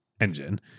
engine